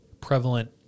prevalent